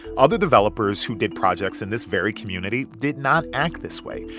other developers who did projects in this very community did not act this way.